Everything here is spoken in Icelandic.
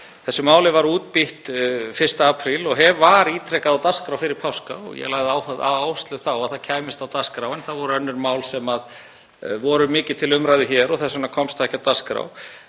Þessu máli var útbýtt 1. apríl og var ítrekað á dagskrá fyrir páska. Ég lagði á það áherslu að það kæmist á dagskrá en það voru önnur mál sem voru mikið til umræðu hér og þess vegna komst það ekki á dagskrá.